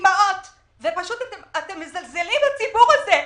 אימהות ומזלזלים בציבור הזה.